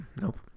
Nope